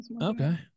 Okay